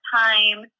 time